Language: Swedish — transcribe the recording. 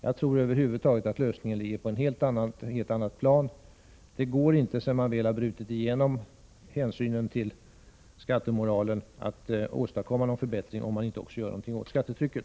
Över huvud taget tror jag att lösningen ligger på ett helt annat plan. Det går inte, sedan man väl så att säga brutit igenom hänsynen till skattemoralen, att åstadkomma någon förbättring om man inte samtidigt gör någonting åt skattetrycket.